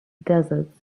deserts